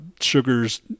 sugars